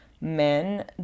men